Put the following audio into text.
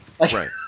Right